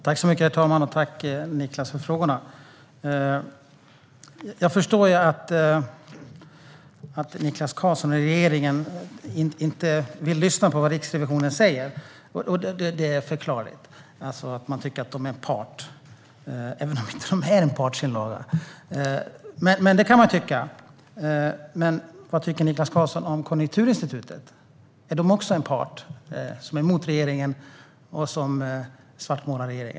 Herr talman! Tack, Niklas, för frågorna! Jag förstår att Niklas Karlsson och regeringen inte vill lyssna på vad Riksrevisionen säger. Det är förklarligt att man tycker att de är en part, även om de inte är det. Detta kan man tycka, men vad tycker Niklas Karlsson om Konjunkturinstitutet? Är de också en part som är emot regeringen och som svartmålar den?